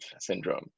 Syndrome